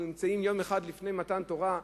אנחנו נמצאים יום אחד לפני מתן תורה.